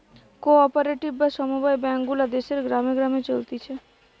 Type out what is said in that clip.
co operative বা সমব্যায় bank গুলা দেশের গ্রামে গ্রামে চলতিছে